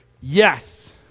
yes